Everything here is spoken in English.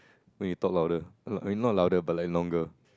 when you talk louder I mean not louder but like longer